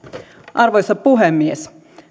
arvoisa puhemies